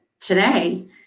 today